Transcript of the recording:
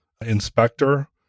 inspector